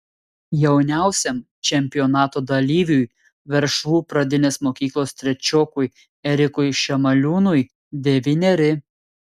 jauniausiajam čempionato dalyviui veršvų pradinės mokyklos trečiokui erikui šemaliūnui devyneri